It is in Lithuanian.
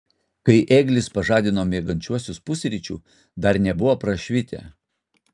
kai ėglis pažadino miegančiuosius pusryčių dar nebuvo prašvitę